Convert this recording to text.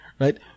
Right